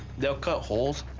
they'll cut holes